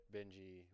Benji